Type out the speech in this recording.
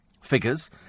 figures